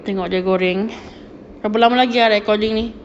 tengok dia goreng berapa lama lagi ah recording ni